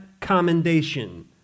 commendation